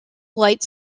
light